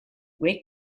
wei